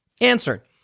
Answer